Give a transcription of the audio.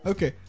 Okay